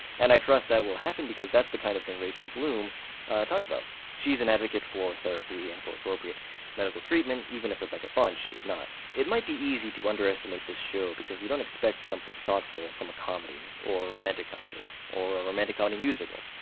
and i trust that will happen because that's the kind of thing rachel bloom talks about she's an advocate for therapy and for appropriate medical treatment, even if rebecca bunch is not. it might be easy to to underestimate this show because we don't expect something thoughtful from a comedy, or a romantic comedy, or a romantic comedy and musical.